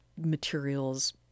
materials